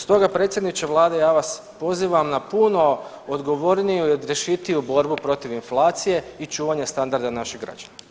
Stoga predsjedniče vlade ja vas pozivam na puno odgovorniju i odrješitiju borbu protiv inflacije i čuvanje standarda naših građana.